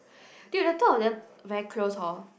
dude the two of them very close hor